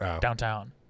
downtown